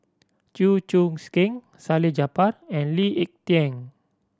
Chew Choo Keng Salleh Japar and Lee Ek Tieng